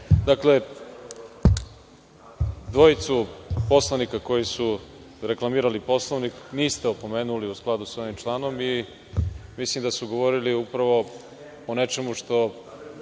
dvojicu poslanika koji su reklamirali Poslovnik niste opomenuli, u skladu sa ovim članom i mislim da su govorili upravo o nečemu što